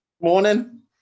Morning